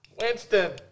Winston